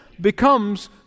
becomes